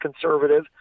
conservative